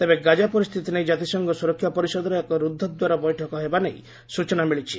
ତେବେ ଗାଜା ପରିସ୍ଥିତି ନେଇ ଜାତିସଂଘ ସୁରକ୍ଷା ପରିଷଦର ଏକ ରୁଦ୍ଧ ଦ୍ୱାର ବୈଠକ ହେବା ନେଇ ସୂଚନା ମିଳିଛି